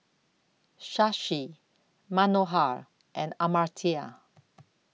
Shashi Manohar and Amartya